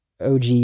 OG